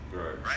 right